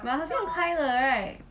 but 好像开了 right